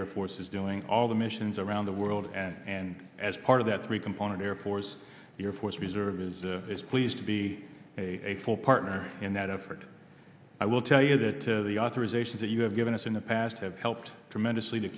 air force is doing all the missions around the world and as part of that three component air force the air force reserve is is pleased to be a full partner in that effort i will tell you that to the authorization that you have given us in the past have helped tremendously to